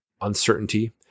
uncertainty